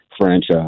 franchise